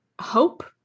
hope